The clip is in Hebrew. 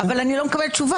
אני לא מקבלת תשובה.